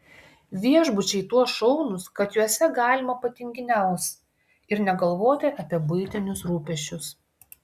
viešbučiai tuo šaunūs kad juose galima patinginiaus ir negalvoti apie buitinius rūpesčius